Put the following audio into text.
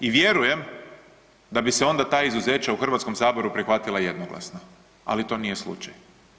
I vjerujem da bi se onda ta izuzeća u Hrvatskom saboru prihvatila jednoglasno, ali to nije slučaj.